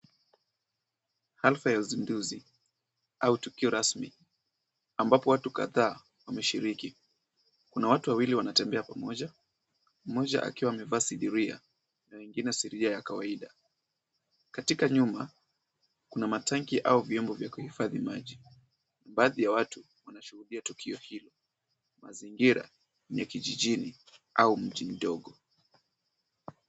Halfa ya uzinduzi au tukio rasmi ambapo watu kadhaa wameshiriki. Kuna watu wawili wanatembea pamoja, mmoja akiwa amevaa sidiria na wengine siria ya kawaida. Katika nyuma, kuna matanki au vyombo vya kuhifadhi maji. Baadhi ya watu wanashuhudia tukio hilo. Mazingira ni ya kijijini au mji mdogo.